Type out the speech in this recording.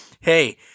hey